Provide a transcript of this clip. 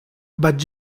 but